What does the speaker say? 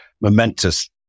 momentous